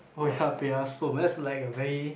oh you're happy ah so that's like a very